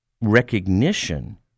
recognition